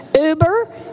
Uber